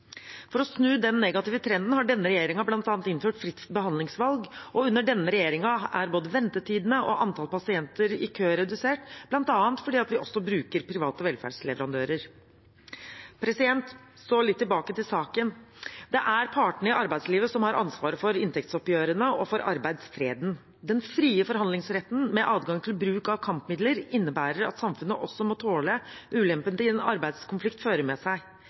For å snu den negative trenden har denne regjeringen bl.a. innført fritt behandlingsvalg, og under denne regjeringen er både ventetidene og antall pasienter i kø redusert, bl.a. fordi vi også bruker private velferdsleverandører. Så litt tilbake til saken. Det er partene i arbeidslivet som har ansvaret for inntektsoppgjørene og for arbeidsfreden. Den frie forhandlingsretten, med adgang til bruk av kampmidler, innebærer at samfunnet også må tåle ulempen en arbeidskonflikt fører med seg.